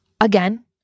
Again